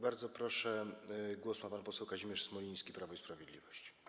Bardzo proszę, głos ma pan poseł Kazimierz Smoliński, Prawo i Sprawiedliwość.